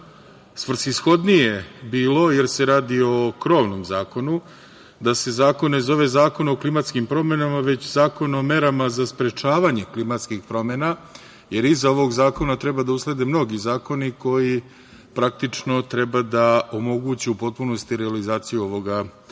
svrsishodnije bilo, jer se radi o krovnom zakonu, da se zakon ne zove zakon o klimatskim promenama, već zakon o merama za sprečavanje klimatskih promena, jer iza ova zakona treba da uslede mnogi zakoni koji praktično treba da omoguće u potpunosti realizaciju ovog o